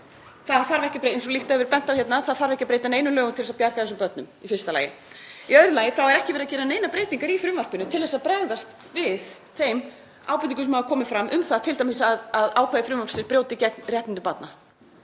þá þarf ekki að breyta neinum lögum til þess að bjarga þessum börnum í fyrsta lagi. Í öðru lagi er ekki verið að gera neinar breytingar í frumvarpinu til að bregðast við þeim ábendingum sem hafa komið fram um það t.d. að ákvæði frumvarpsins brjóti gegn réttindum barna.